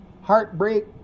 heartbreak